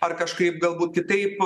ar kažkaip galbūt kitaip